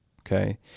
Okay